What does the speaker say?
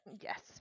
Yes